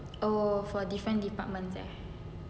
oh for different department ah